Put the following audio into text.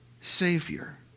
Savior